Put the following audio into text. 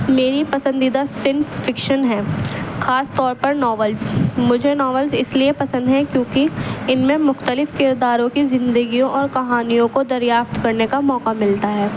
میری پسندیدہ صنف فکشن ہیں خاص طور پر ناولس مجھے ناولس اس لیے پسند ہیں کیونکہ ان میں مختلف کرداروں کی زندگیوں اور کہانیوں کو دریافت کرنے کا موقع ملتا ہے